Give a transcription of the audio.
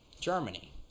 Germany